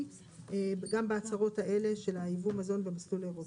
גם בהצהרות האלה של ייבוא מזון במסלול האירופי,